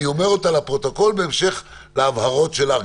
אני אומר אותה לפרוטוקול בהמשך להבהרות שלך,